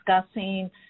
discussing